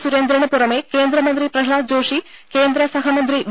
സുരേന്ദ്രനു പുറമെ കേന്ദ്രമന്ത്രി പ്രഹ്ലാദ് ജോഷി കേന്ദ്ര സഹമന്ത്രി വി